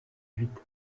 huit